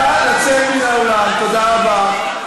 נא לצאת מן האולם, תודה רבה.